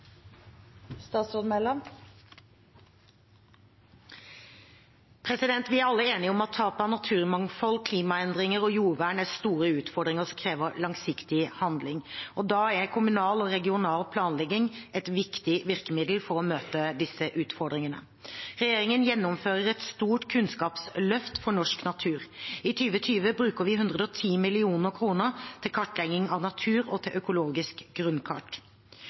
store utfordringer som krever langsiktig handling. Da er kommunal og regional planlegging et viktig virkemiddel for å møte disse utfordringene. Regjeringen gjennomfører et stort kunnskapsløft for norsk natur. I 2020 bruker vi 110 mill. kr til kartlegging av natur og til økologisk grunnkart.